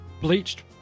bleached